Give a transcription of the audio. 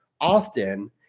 often